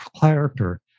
character